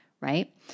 right